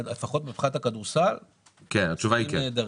לפחות מבחינת הכדורסל ההישגים נהדרים.